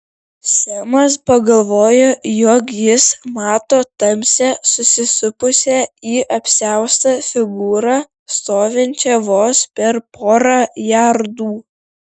semas pagalvojo jog jis mato tamsią susisupusią į apsiaustą figūrą stovinčią vos per porą jardų